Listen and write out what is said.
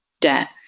debt